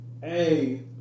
Hey